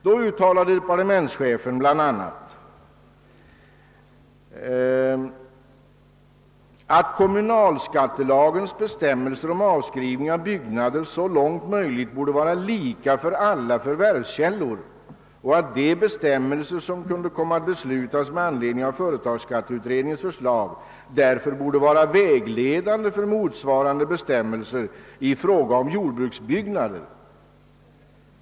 Där uttalas bl.a. att kommunalskattelagens bestämmelser om avskrivning av byggnader så långt möjligt borde vara lika för alla förvärvskällor och att de bestämmelser som kunde komma att beslutas med anledning av företagsskatteutredningens förslag därför borde vara vägledande för motsvarande bestämmelser i fråga om jordbruksbyggnader.